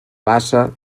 bassa